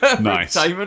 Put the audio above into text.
Nice